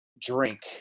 drink